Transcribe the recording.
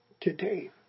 today